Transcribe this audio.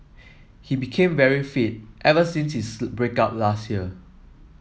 he became very fit ever since this break up last year